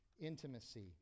intimacy